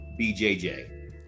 BJJ